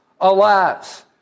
alas